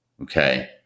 Okay